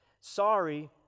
Sorry